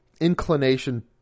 inclination